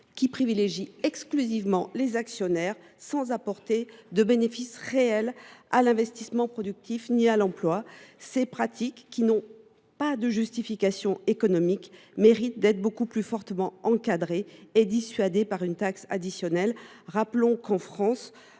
privilégie exclusivement les actionnaires, sans apporter de bénéfices réels à l’investissement productif ni à l’emploi. Ces pratiques, qui n’ont pas de justification économique, méritent d’être beaucoup plus fortement encadrées, voire dissuadées, par une taxe additionnelle. Rappelons qu’en France,